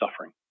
suffering